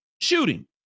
shooting